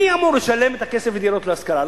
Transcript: מי אמור לשלם את הכסף לדירות להשכרה?